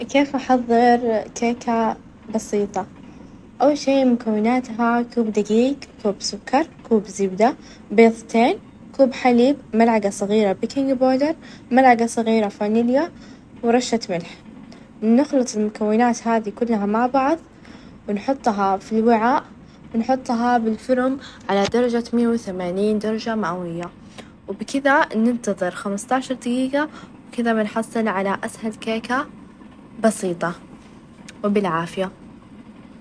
أول شي، أتأكد إذا كان في شحن بالجهاز، إذا لا، أشبكه بالشاحن. بعدين، إذا ما اشتغل، جرب أضغط زر الباور مع خفض الصوت 10 ثواني. لو ما نفع، يمكن أحتاج أروح مركز صيانة للتأكد إذا فيه مشكلة بالهاردوير.